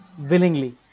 willingly